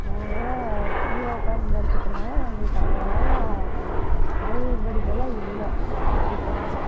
நாங்கள்லாம் கீழே உட்காந்து படிச்சத்துனால் எங்களுக்கு அவ்வளோவா அறிவியல் படிப்பெல்லாம் இல்லை இப்போவாட்டம்